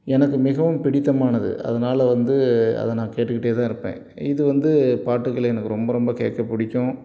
எனக்கு மிகவும் பிடித்தமானது அதனால் வந்து அதை நான் கேட்டுக்கிட்டே தான் இருப்பேன் இது வந்து பாட்டுகளை எனக்கு ரொம்ப ரொம்ப கேட்க பிடிக்கும்